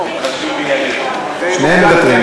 שניהם מוותרים.